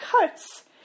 cuts